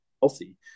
healthy